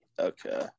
Okay